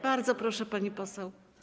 Bardzo proszę, pani poseł.